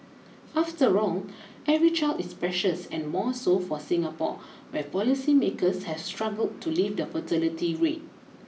after all every child is precious and more so for Singapore where policymakers has struggled to lift the fertility rate